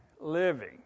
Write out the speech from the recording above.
living